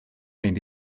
mynd